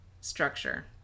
structure